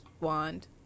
wand